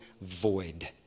void